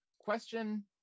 question